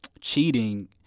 cheating